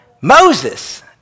Moses